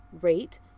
rate